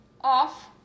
off